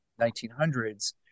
1900s